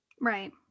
Right